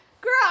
Girl